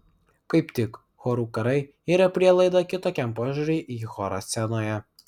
kaip tik chorų karai yra prielaida kitokiam požiūriui į chorą scenoje